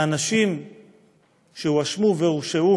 האנשים שהואשמו והורשעו